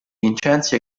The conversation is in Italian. vincenzi